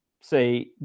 say